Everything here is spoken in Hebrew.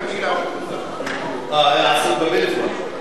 אה, היה עסוק בפלאפון.